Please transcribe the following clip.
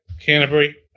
Canterbury